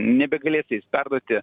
nebegalės jais perduoti